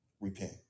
repent